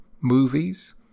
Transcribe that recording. Movies